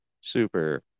super